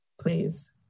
Please